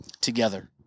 together